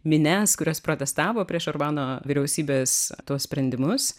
minias kurios protestavo prieš orbano vyriausybės tuos sprendimus